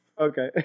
Okay